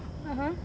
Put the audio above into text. (uh huh)